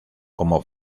como